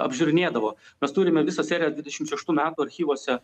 apžiūrinėdavo mes turime visą seriją dvidešim šeštų metų archyvuose